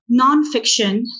nonfiction